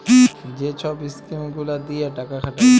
যে ছব ইস্কিম গুলা দিঁয়ে টাকা খাটায়